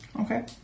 Okay